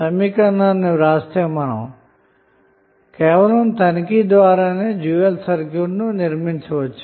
సమీకరణాన్ని వ్రాస్తే మనం తనిఖీ ద్వారానే డ్యూయల్ సర్క్యూట్ను నిర్మించవచ్చు